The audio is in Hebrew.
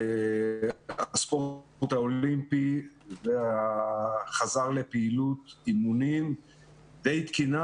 הספורט האולימפי חזר לפעילות אימונים די תקינה.